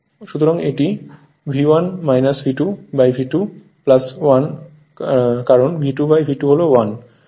সুতরাং এটি V1 V2V2 1কারণ V2V2 হল 1